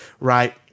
right